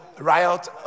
riot